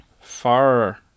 far